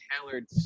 tailored